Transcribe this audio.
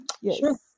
Yes